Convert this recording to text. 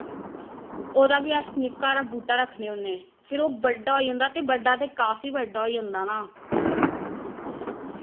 ओह्दा बी अस निक्का हारा बूह्टा रक्खने होन्ने फिर ओहे बड्डा होई जंदा ते बड्डा ते काफी बड्डा होई जंदा ना